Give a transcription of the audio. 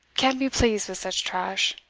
can be pleased with such trash.